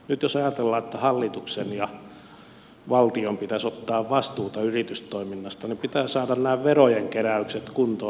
nyt jos ajatellaan että hallituksen ja valtion pitäisi ottaa vastuuta yritystoiminnasta niin pitää saada nämä verojen keräykset kuntoon